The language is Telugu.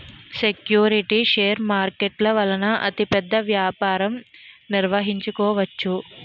సెక్యూరిటీలు షేర్ మార్కెట్ల వలన అతిపెద్ద వ్యాపారం నిర్వహించవచ్చు